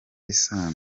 isano